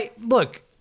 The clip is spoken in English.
Look